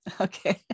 okay